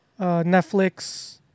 Netflix